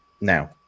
now